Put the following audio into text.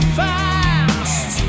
fast